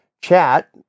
Chat